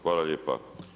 Hvala lijepa.